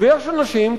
ויש אנשים,